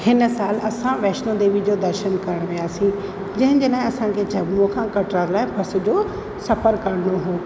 हिन साल असां वैष्णो देवी जो दर्शनु करण वियासीं जंहिंजे करे असांखे जम्मू खां कटरा लाइ बसि जो सफ़रु करिणो हो